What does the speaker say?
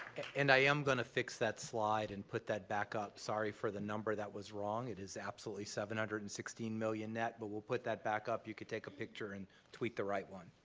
and i am going to fix that slide and put that back up. sorry for the number that was wrong. it is absolutely seven hundred and sixteen million but we'll put that back up, you can take a picture and tweet the right one.